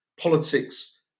politics